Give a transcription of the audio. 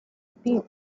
activo